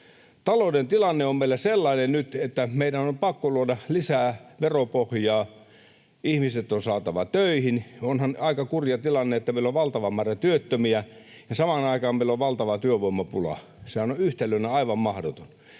Talouden tilanne on meillä nyt sellainen, että meidän on pakko luoda lisää veropohjaa. Ihmiset on saatava töihin. Onhan aika kurja tilanne, että meillä on valtava määrä työttömiä ja samaan aikaan meillä on valtava työvoimapula. Sehän on yhtälönä aivan mahdoton.